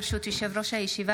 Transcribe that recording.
ברשות יושב-ראש הישיבה,